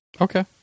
Okay